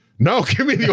no give me